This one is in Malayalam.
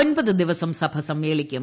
ഒൻപത് ദിവസം സഭ സമ്മേളിക്കും